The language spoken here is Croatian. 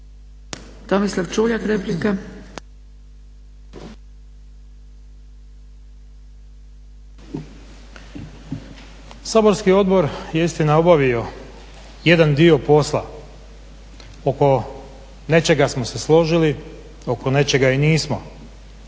Tomislav Čuljak replika.